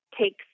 takes